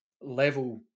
level